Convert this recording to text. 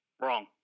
Wrong